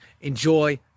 enjoy